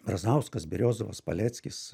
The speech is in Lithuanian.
brazauskas beriozovas paleckis